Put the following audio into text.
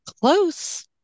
Close